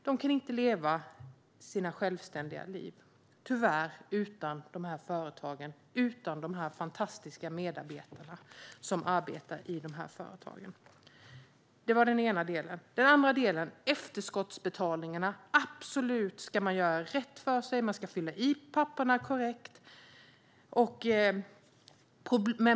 De kan tyvärr inte leva självständiga liv utan de här företagen och deras fantastiska medarbetare. Det var den ena delen. Den andra delen är efterskottsbetalningarna. Man ska absolut göra rätt för sig och fylla i papperen korrekt.